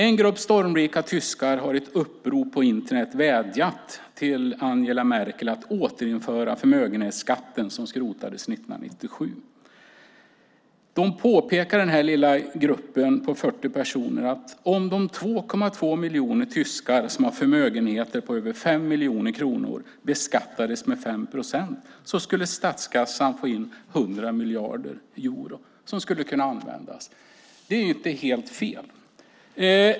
En grupp stormrika tyskar har i ett upprop på Internet vädjat till Angela Merkel att återinföra förmögenhetsskatten som skrotades 1997. Denna lilla grupp på 40 personer påpekar att om de 2,2 miljoner tyskar som har förmögenheter på över 5 miljoner kronor beskattades med 5 procent så skulle statskassan få in 100 miljarder euro som skulle kunna användas. Det är inte helt fel.